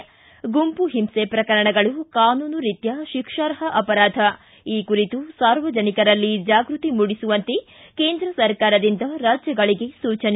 ಿ ಗುಂಪು ಹಿಂಸೆ ಪ್ರಕರಣಗಳು ಕಾನೂನು ರಿತ್ಯಾ ಶಿಕ್ಷಾರ್ಹ ಅಪರಾಧ ಈ ಕುರಿತು ಸಾರ್ವಜನಿಕರಲ್ಲಿ ಜಾಗೃತಿ ಮೂಡಿಸುವಂತೆ ಕೇಂದ್ರ ಸರ್ಕಾರದಿಂದ ರಾಜ್ಯಗಳಿಗೆ ಸೂಚನೆ